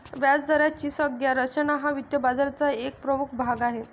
व्याजदराची संज्ञा रचना हा वित्त बाजाराचा एक प्रमुख भाग आहे